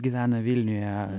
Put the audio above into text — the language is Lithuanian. gyvena vilniuje